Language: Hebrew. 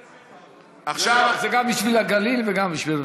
זה גם בשביל הגליל וגם בשביל,